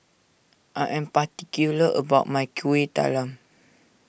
I am particular about my Kuih Talam